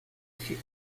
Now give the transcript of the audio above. fut